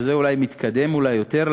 וזה אולי מתקדם יותר,